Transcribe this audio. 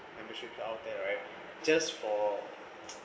membership if you are out there right just for